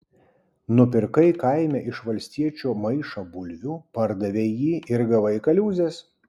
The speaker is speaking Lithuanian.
nupirkai kaime iš valstiečio maišą bulvių pardavei jį ir gavai kaliūzės